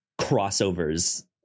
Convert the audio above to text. crossovers